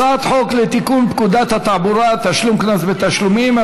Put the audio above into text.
הצעת חוק לתיקון פקודת התעבורה (תשלום קנס בתשלומים),